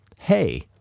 Hey